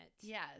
Yes